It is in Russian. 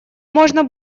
можно